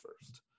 first